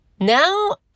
Now